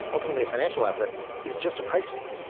ultimately, a financial asset is just a price feed.